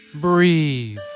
Breathe